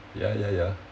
ya ya ya